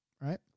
right